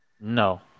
No